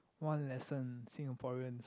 one lesson Singaporeans